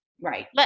Right